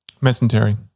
Mesentery